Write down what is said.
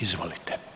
Izvolite.